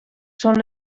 són